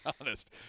honest